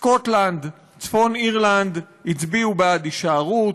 סקוטלנד, צפון-אירלנד, הצביעו בעד הישארות,